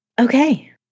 Okay